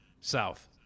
south